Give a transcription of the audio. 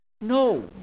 No